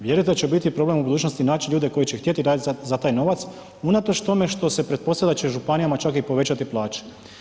Vjerujte da će biti problem u budućnosti naći ljude koji će htjeti raditi za taj novac unatoč tome što se pretpostavlja da će županijama čak i povećati plaće.